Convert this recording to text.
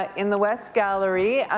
ah in the west gallery,